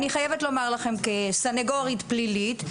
אני חייבת לומר לכם, כסניגורית פלילית,